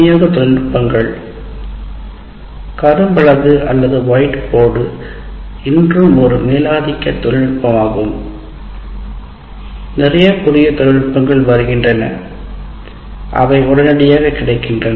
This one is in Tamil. விநியோக தொழில்நுட்பங்கள் கரும்பலகை அல்லது ஒயிட் போர்டு இன்னும் ஒரு மேலாதிக்க தொழில்நுட்பமாகும் நிறைய புதிய தொழில்நுட்பங்கள் வருகின்றன அவை உடனடியாக கிடைக்கின்றன